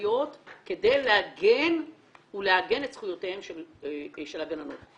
הנחיות כדי להגן ולעגן את זכויותיהן של הגננות,